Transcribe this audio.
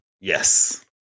Yes